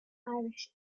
irish